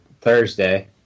Thursday